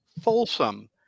Folsom